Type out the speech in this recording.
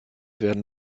werden